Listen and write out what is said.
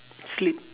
sleep